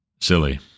silly